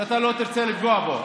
אתה לא תרצה לפגוע בו.